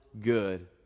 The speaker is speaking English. good